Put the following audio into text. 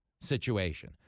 situation